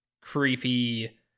creepy